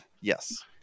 Yes